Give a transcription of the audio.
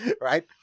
right